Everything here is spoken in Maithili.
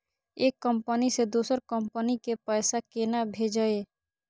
एक कंपनी से दोसर कंपनी के पैसा केना भेजये?